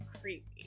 creepy